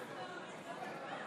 (קוראת בשמות חברי הכנסת)